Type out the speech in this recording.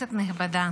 כנסת נכבדה,